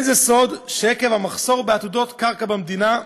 זה לא סוד שעקב המחסור בעתודות קרקע במדינה,